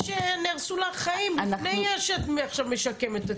שנהרסו לה החיים לפני שאת עכשיו משקמת את הקטין.